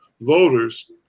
voters